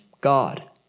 God